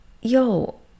yo